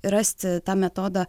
ir rasti tą metodą